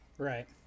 Right